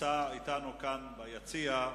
נמצא אתנו כאן, ביציע,